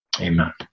amen